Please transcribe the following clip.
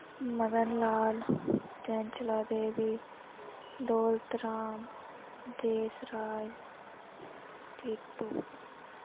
Madan Lal Chainchali Devi Daulat Ram Des Raj Titu